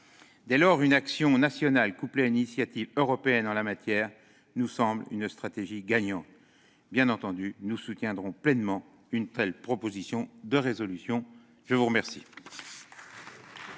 Dès lors, une action nationale couplée à une initiative européenne en la matière nous semble être une stratégie gagnante. Bien entendu, nous soutiendrons pleinement une telle proposition de résolution. La parole